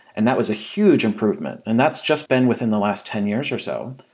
and that was a huge improvement, and that's just been within the last ten years or so.